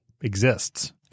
exists